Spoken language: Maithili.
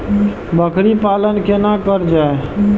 बकरी पालन केना कर जाय?